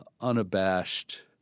unabashed